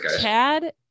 chad